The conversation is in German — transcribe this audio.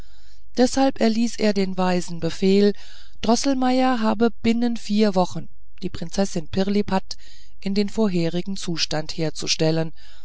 deshalb erließ er den weisen befehl droßelmeier habe binnen vier wochen die prinzessin pirlipat in den vorigen zustand herzustellen